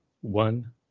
one